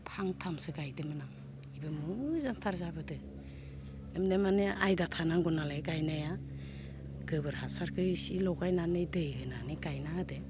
फांथामसो गायदोमोन आं बेबो मोजांथार जाबोदो माने आयदा थानांगौ नालाय गायनाया गोबोर हासारखो इसे लगायनानै दै होनानै गायना होदो